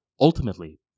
ultimately